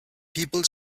people